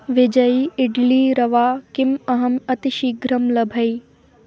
विजयी इड्ली रवा किम् अहम् अतिशीघ्रं लभे